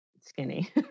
skinny